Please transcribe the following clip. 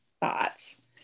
thoughts